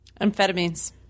Amphetamines